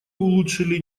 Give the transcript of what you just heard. улучшили